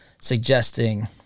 suggesting